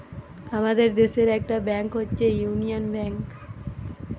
আমাদের দেশের একটা ব্যাংক হচ্ছে ইউনিয়ান ব্যাঙ্ক